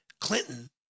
Clinton